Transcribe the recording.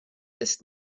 ist